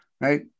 Right